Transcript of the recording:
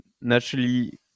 naturally